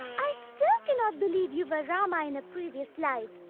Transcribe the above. i still cannot believe you were rama in a previous life.